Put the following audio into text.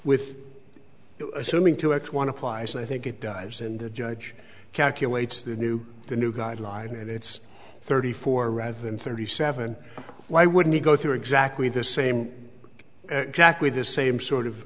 with assuming two x one applies i think it does and the judge calculates the new the new guideline and it's thirty four rather than thirty seven why wouldn't he go through exactly the same jack with the same sort of